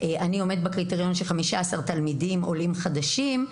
אני עומד בקריטריון של 15 תלמידים עולים חדשים,